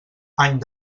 any